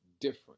different